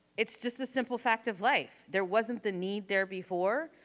it's just a simple fact of life. there wasn't the need there before.